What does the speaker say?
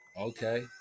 okay